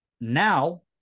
now